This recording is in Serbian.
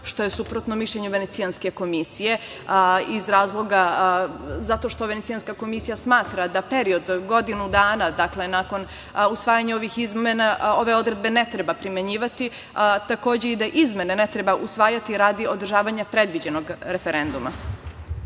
što je suprotno mišljenju Venecijanske komisije zato što Venecijanska komisija smatra da period od godinu dana nakon usvajanja ovih izmena ove odredbe ne treba primenjivati. Takođe i da izmene ne treba usvajati radi održavanja predviđenog referenduma. Predlog